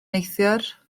neithiwr